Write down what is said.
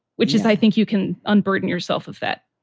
which is i think you can unburden yourself of that,